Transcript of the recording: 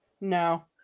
No